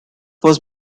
was